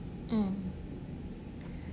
mm